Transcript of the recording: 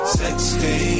sexy